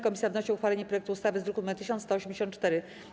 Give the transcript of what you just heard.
Komisja wnosi o uchwalenie projektu ustawy z druku nr 1184.